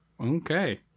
okay